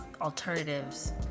alternatives